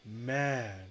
Man